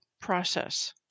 process